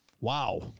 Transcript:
Wow